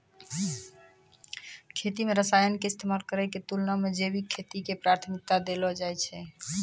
खेती मे रसायन के इस्तेमाल करै के तुलना मे जैविक खेती के प्राथमिकता देलो जाय छै